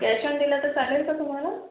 cash on दिलं तर चालेल का तुम्हाला